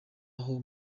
aho